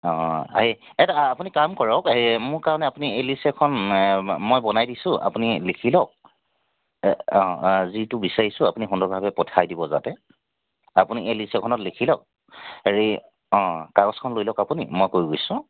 অ এই আপুনি কাম কৰক এই মোৰ কাৰণে আপুনি এই লিষ্ট এখন মই বনাই দিছোঁ আপুনি লিখি লওক অ যিটো বিচাৰিছোঁ আপুনি শুদ্ধভাৱে পঠাই দিব যাতে আপুনি এই লিষ্ট এখনত লিখি লওক হেৰি অ কাগজখন লৈ লওক আপুনি মই কৈ গৈছোঁ